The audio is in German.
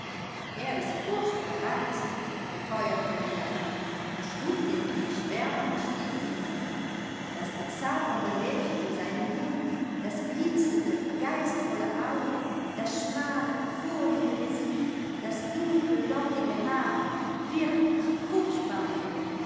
er ist furchtbar reizend beteuerte melanie und schlug den blick schwärmerisch gen himmel das bezaubernde lächeln um seinen mund das blitzende geistvolle auge das schmale vornehme gesicht das dunkle lockige haar wirklich furchtbar